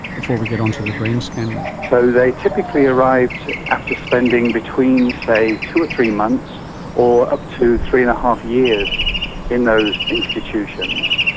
before we get onto the brain scanning. so they typically arrived after spending between, say, two or three months or up to three. and five years in those institutions.